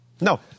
No